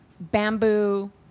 Bamboo